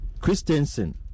Christensen